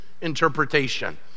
interpretation